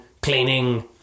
cleaning